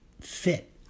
fit